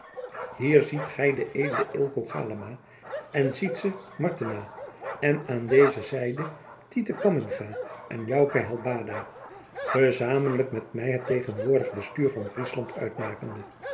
hier ziet gij de edelen eelco galama en sytse martena en aan deze zijde tiete cammingha en jouke helbada gezamenlijk met mij het tegenwoordige bestuur van friesland uitmakende